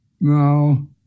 No